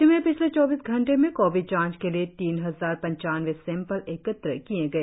राज्य में पिछले चौबीस घंटे में कोविड जांच के लिए तीन हजार पंचानवें सैंपल एकत्र किए गए